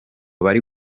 bari